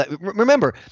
Remember